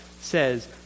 says